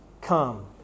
come